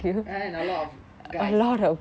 and then a lot of guys